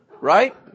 right